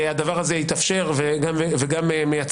יש לזכור אם יורשה